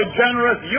generous